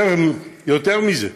יותר מזה,